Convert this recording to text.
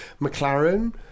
McLaren